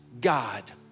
God